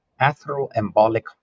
atheroembolic